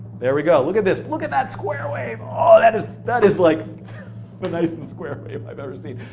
there we go, look at this. look at that square wave! oh, that is that is like the nicest square wave i've ever seen.